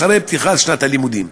אחרי פתיחת שנת הלימודים,